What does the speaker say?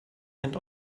and